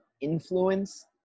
influence